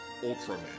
Ultraman